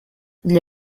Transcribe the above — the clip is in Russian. для